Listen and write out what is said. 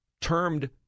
termed